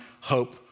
hope